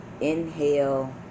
inhale